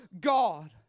God